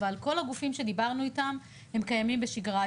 אבל כל הגופים שדיברנו איתם קיימים בשגרה.